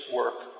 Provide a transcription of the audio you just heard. work